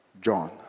John